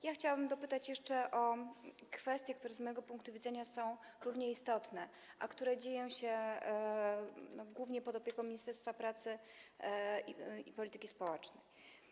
Ja chciałabym dopytać jeszcze o kwestie, które z mojego punktu widzenia są równie istotne, a dotyczą tego, co dzieje się głównie pod opieką ministerstwa pracy i polityki społecznej.